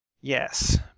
Yes